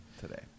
today